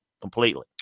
completely